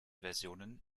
versionen